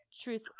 truth